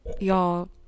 Y'all